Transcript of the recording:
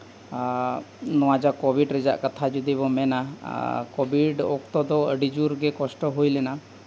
ᱱᱚᱟᱣᱟ ᱡᱟᱦᱟᱸ ᱠᱳᱵᱷᱤᱰ ᱨᱮᱭᱟᱜ ᱠᱟᱛᱷᱟ ᱡᱩᱫᱤ ᱵᱚ ᱢᱮᱱᱟ ᱠᱳᱵᱷᱤᱰ ᱚᱠᱛᱚ ᱫᱚ ᱟᱹᱰᱤ ᱡᱳᱨᱜᱮ ᱠᱚᱥᱴᱚ ᱦᱩᱭᱞᱮᱱᱟ